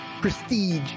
prestige